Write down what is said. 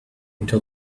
until